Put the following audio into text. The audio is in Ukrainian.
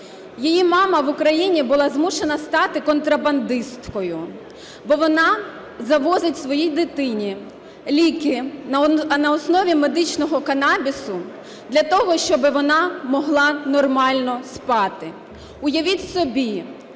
Її мама в Україні була змушена стати контрабандисткою, бо вона завозить своїй дитині ліки на основі медичного канабісу для того, щоб вона могла нормально спати. Уявіть собі,